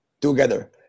together